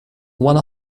one